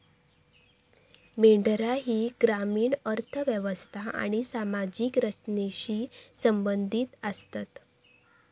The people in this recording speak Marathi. मेंढरा ही ग्रामीण अर्थ व्यवस्था आणि सामाजिक रचनेशी संबंधित आसतत